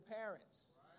parents